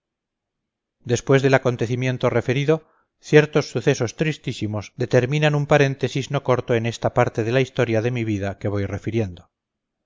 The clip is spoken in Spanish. después del acontecimiento referido ciertos sucesos tristísimos determinan un paréntesis no corto en esta parte de la historia de mi vida que voy refiriendo